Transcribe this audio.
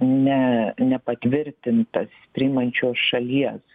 ne nepatvirtintas priimančios šalies